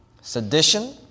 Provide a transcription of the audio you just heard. sedition